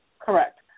Correct